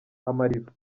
amariba